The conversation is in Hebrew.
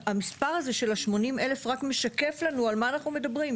המספר הזה של ה-80,000 רק משקף לנו על מה אנחנו מדברים.